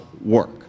work